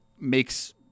makes